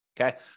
Okay